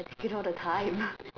I take it all the time